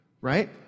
right